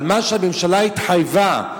אבל הממשלה התחייבה,